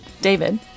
David